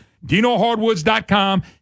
DinoHardwoods.com